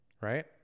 right